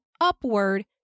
upward